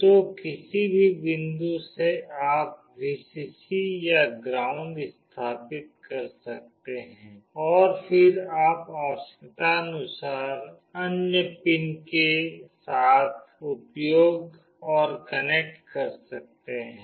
तो किसी भी बिंदु से आप Vcc या ग्राउंड स्थापित कर सकते हैं और फिर आप आवश्यकतानुसार अन्य पिनों के साथ उपयोग और कनेक्ट कर सकते हैं